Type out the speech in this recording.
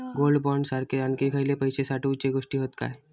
Gold bond सारखे आणखी खयले पैशे साठवूचे गोष्टी हत काय?